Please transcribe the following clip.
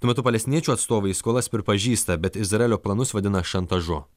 tuo metu palestiniečių atstovai skolas pripažįsta bet izraelio planus vadina šantažu